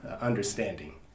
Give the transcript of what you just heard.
understanding